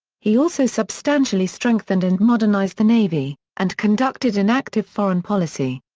he also substantially strengthened and modernized the navy, and conducted an active foreign policy.